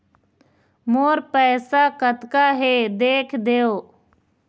मोर पैसा कतका हे देख देव?